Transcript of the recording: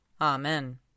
Amen